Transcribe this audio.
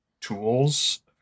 tools